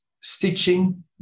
stitching